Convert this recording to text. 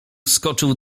skoczył